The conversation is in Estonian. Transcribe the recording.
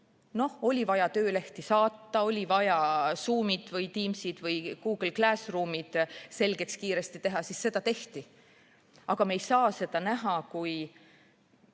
Noh, oli vaja töölehti saata, oli vaja Zoomid või Teamsid või Google Classroomid kiiresti selgeks saada, ja seda tehti. Aga me ei saa seda näha kui